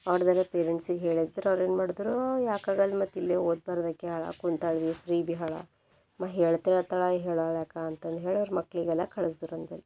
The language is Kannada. ಅವ್ರದ್ದೆಲ್ಲ ಪೇರೆಂಟ್ಸಿಗೆ ಹೇಳಿದ್ರು ಅವ್ರೇನು ಮಾಡಿದ್ರು ಯಾಕಾಗಲ್ಲ ಮತ್ತಿಲ್ಲೆ ಓದ್ಬಾರ್ದ ಆಕೆ ಹೇಳಾಕ್ಕೆ ಕುಂತಾಳ ಭೀ ಫ್ರೀ ಭೀ ಇದಾಳ ಮ ಹೇಳ್ತಾ ಹೇಳ್ತಾಳ ಹೇಳಲಕ್ಕ ಅಂತ ಅಂದು ಹೇಳಿರ್ ಮಕ್ಕಳಿಗೆಲ್ಲ ಕಳ್ಸಿದ್ರು ನನ್ನ ಬಲ್ಲಿ